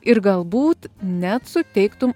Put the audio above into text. ir galbūt net suteiktum